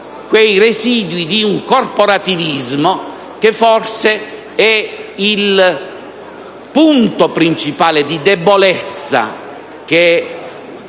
quei residui di corporativismo che forse è il punto principale di debolezza che